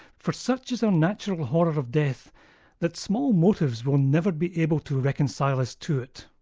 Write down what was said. for such is our natural horror of of death that small motives will never be able to reconcile us to it.